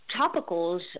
topicals